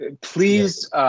Please